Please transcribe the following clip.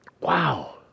wow